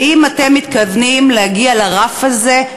האם אתם מתכוונים להגיע לרף הזה?